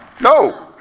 No